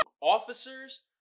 officers